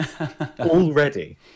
Already